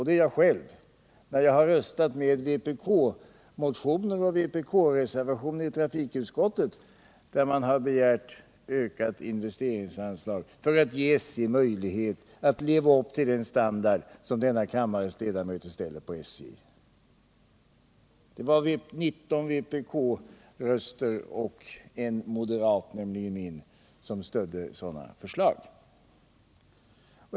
Det är jag själv när jag vid behandlingen av trafikutskottets betänkanden röstat för vpk-motioner och vpk-reservationer , där man begärt ökade investeringsanslag för att ge SJ möjlighet att leva upp till de standradkrav som denna kammare ställer på SJ. Det var 19 vpk-röster och en moderatröst, nämligen min, som stödde sådana förslag.